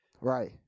Right